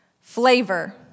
Flavor